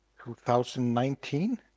2019